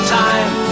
time